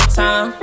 time